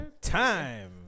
time